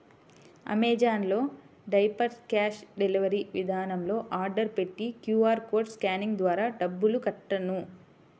Amazon లో diapers cash delivery విధానంలో order పెట్టి క్యూ.ఆర్ కోడ్ స్కానింగ్ ద్వారా డబ్బులు కట్టాను